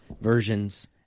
versions